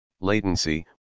latency